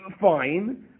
fine